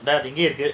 that you get